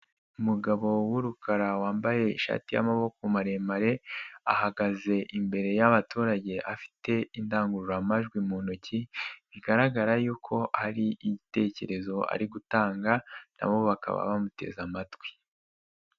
Umugabo w'urukara wambaye ishati y'amaboko maremare ahagaze imbere y'abaturage afite indangururamajwi mu ntoki, bigaragara yuko hari igitekerezo ari gutanga na bo bakaba bamuteze amatwi.